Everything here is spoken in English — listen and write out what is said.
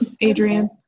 Adrian